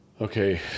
Okay